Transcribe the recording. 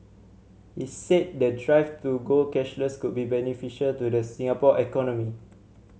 he said the drive to go cashless could be beneficial to the Singapore economy